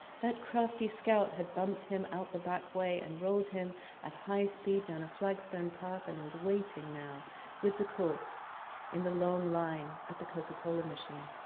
that crafty scout had bumped him out the back way and rolled him at high speed down a flagstone path and was waiting now with the corpse in the long line at the coca cola machine.